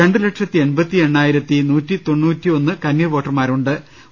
രണ്ടുലക്ഷത്തി എൺപത്തി എട്ടാ യിരത്തി നൂറ്റി തൊണ്ണൂറ്റി ഒന്ന് കന്നിവോട്ടർമാരാണുള്ളത്